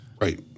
Right